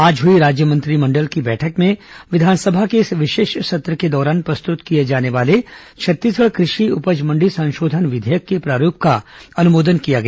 आज हई राज्य मंत्रिमंडल की बैठक में विधानसभा के इस विशेष सत्र के दौरान प्रस्तुत किए जाने वाले छत्तीसगढ़ कृषि उपज मण्डी संशोधन विधेयक के प्रारूप का अनुमोदन किया गया